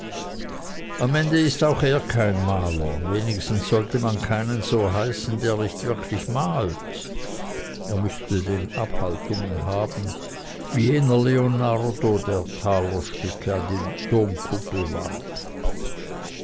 am ende ist er auch kein maler wenigstens sollte man keinen so heißen der nicht wirklich malt er müßte denn abhaltungen haben wie jener leonardo der talerstücke an die domkuppel warf